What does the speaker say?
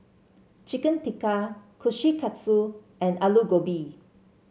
Chicken Tikka Kushikatsu and Alu Gobi